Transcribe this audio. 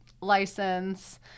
license